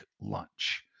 lunch